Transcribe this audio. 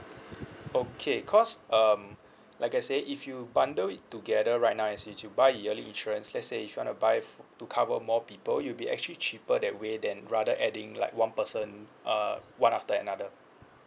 okay cause um like I say if you bundle it together right like I say you buy yearly insurance let's say if you want to buy to cover more people it will be actually cheaper that way than rather adding like one person uh one after another